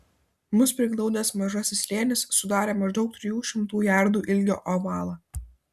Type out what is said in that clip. mus priglaudęs mažasis slėnis sudarė maždaug trijų šimtų jardų ilgio ovalą